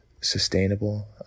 sustainable